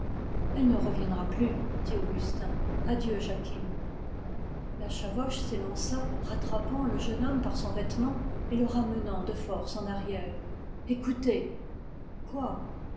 elle ne reviendra plus dit augustin adieu jacquine la chavoche s'élança rattrapant le jeune homme par son vêtement et le ramenant de force en arrière écoutez quoi